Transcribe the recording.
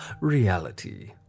reality